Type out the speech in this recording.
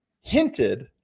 hinted